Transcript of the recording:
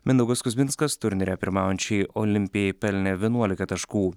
mindaugas kuzminskas turnyre pirmaujančiai olimpijai pelnė vienuolika taškų